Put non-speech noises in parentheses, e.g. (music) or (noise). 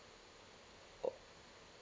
(noise)